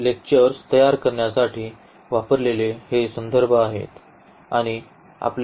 तर मी लेक्चर्स तयार करण्यासाठी वापरलेले हे संदर्भ आहेत आणि